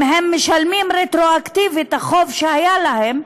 אם הם משלמים רטרואקטיבית את החוב שהיה להם,